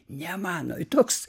ne mano toks